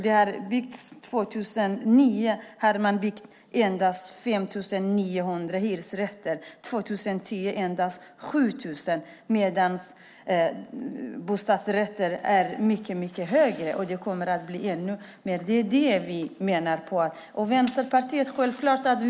År 2009 byggdes endast 5 900 hyresrätter, år 2010 endast 7 000, medan antalet bostadsrätter är mycket högre, och det kommer att bli ännu fler. Vi i Vänsterpartiet har självklart satsat.